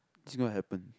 is it gonna happen